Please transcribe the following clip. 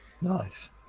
Nice